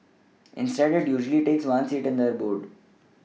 instead it usually takes one seat in their board